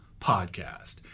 Podcast